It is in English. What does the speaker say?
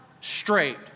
straight